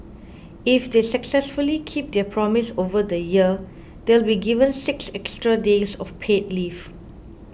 if they successfully keep their promise over the year they'll be given six extra days of paid leave